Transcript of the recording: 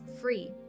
free